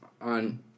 on